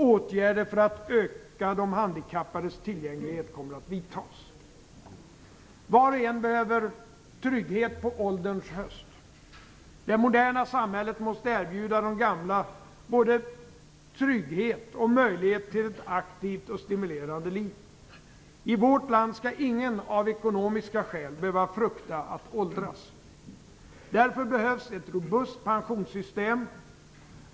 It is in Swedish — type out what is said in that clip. Åtgärder för att öka de handikappades tillgänglighet kommer att vidtas. - Var och en behöver trygghet på ålderns höst. Det moderna samhället måste erbjuda de gamla både trygghet och möjlighet till ett aktivt och stimulerande liv. I vårt land skall ingen av ekonomiska skäl behöva frukta att åldras. Därför behövs ett robust pensionssystem.